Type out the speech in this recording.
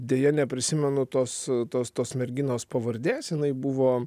deja neprisimenu tos tos tos merginos pavardės jinai buvo